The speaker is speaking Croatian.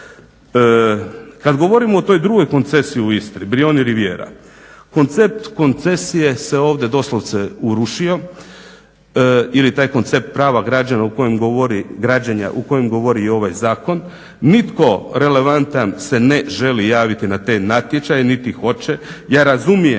Kad govorim o toj drugoj koncesiji u Istri, Brijuni Rivijera, koncept koncesije se ovdje doslovce urušio ili taj koncept prava građenja o kojem govori i ovaj zakon nitko relevantan se ne želi javiti na te natječaje niti hoće. Ja razumijem